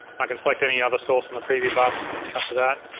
i can select any other source in the preview bus. i can cut to that.